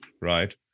right